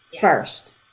first